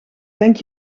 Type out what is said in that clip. denk